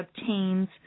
obtains